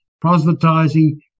Proselytizing